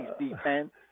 defense